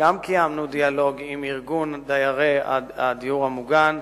שגם קיימנו דיאלוג עם ארגון דיירי הדיור המוגן,